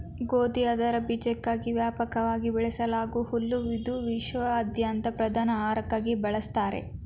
ಗೋಧಿ ಅದರ ಬೀಜಕ್ಕಾಗಿ ವ್ಯಾಪಕವಾಗಿ ಬೆಳೆಸಲಾಗೂ ಹುಲ್ಲು ಇದು ವಿಶ್ವಾದ್ಯಂತ ಪ್ರಧಾನ ಆಹಾರಕ್ಕಾಗಿ ಬಳಸ್ತಾರೆ